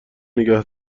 نگه